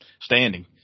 standing